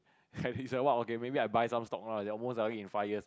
is a what okay maybe I buy some stock lah then most likely in five years